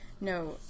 No